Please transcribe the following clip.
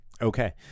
Okay